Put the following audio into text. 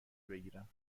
بگیرم